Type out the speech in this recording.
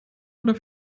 oder